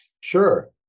Sure